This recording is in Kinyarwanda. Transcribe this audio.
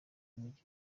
umugi